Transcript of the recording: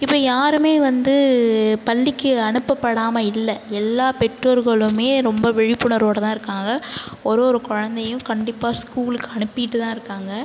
இப்போ யாருமே வந்து பள்ளிக்கு அனுப்பப்படாமல் இல்லை எல்லா பெற்றோர்களுமே ரொம்ப விழிப்புணர்வோட தான் இருக்காங்க ஒரு ஒரு குழுந்தையும் கண்டிப்பாக ஸ்கூலுக்கு அனுப்பிட்டு தான் இருக்காங்க